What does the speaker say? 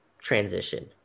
transition